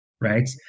right